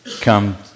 come